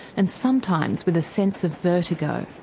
and sometimes with a sense of vertigo.